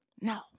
no